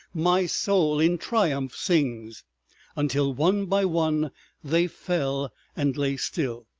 my soul in triumph sings until one by one they fell, and lay still.